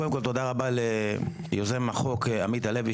קודם כל תודה רבה ליוזם החוק עמית הלוי